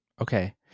Okay